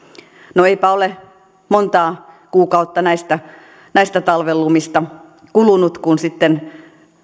no eipä ole montaa kuukautta näistä näistä talven lumista kulunut kun sitten